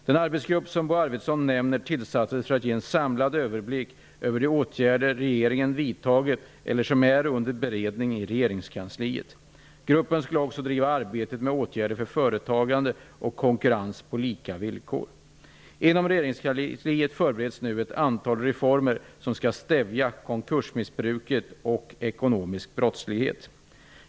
Den arbetsgrupp som Bo Arvidson nämner tillsattes för att ge en samlad överblick över de åtgärder som regeringen har vidtagit eller som är under beredning i regeringskansliet. Gruppen skulle också driva arbetet med åtgärder för företagande och konkurrens på lika villkor. Inom regeringskansliet förbereds nu ett antal reformer som skall stävja konkursmissbruk och ekonomisk brottslighet.